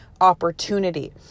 opportunity